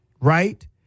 right